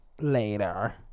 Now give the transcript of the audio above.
later